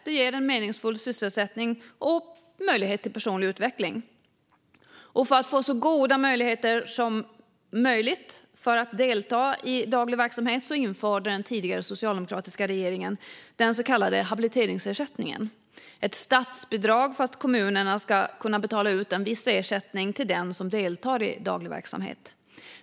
Det ger en meningsfull sysselsättning och möjlighet till personlig utveckling. För att ge människor så goda förutsättningar som möjligt att delta i daglig verksamhet införde den tidigare socialdemokratiska regeringen den så kallade habiliteringsersättningen, ett statsbidrag för att kommunerna ska betala ut en viss ersättning till den som deltar i daglig verksamhet.